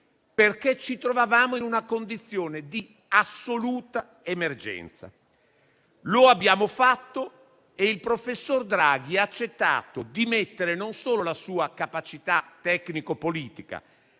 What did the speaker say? perché ci trovavamo in una condizione di assoluta emergenza. Lo abbiamo fatto e il professor Draghi ha accettato di mettere non solo la sua capacità tecnico-politica,